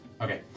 Okay